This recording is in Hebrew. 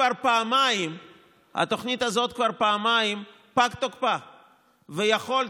כבר פעמיים פג תוקפה ויכולתי,